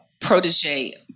protege